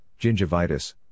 gingivitis